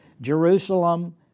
Jerusalem